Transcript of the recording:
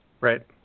Right